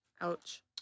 Ouch